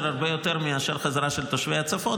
הרבה יותר מאשר בחזרה של תושבי הצפון,